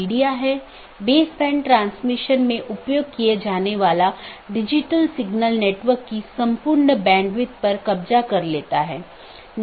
update message का उपयोग व्यवहार्य राउटरों को विज्ञापित करने या अव्यवहार्य राउटरों को वापस लेने के लिए किया जाता है